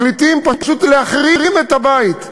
מחליטים פשוט להחרים את הבית.